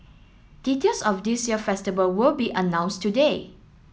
details of this year festival will be announced today